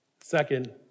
Second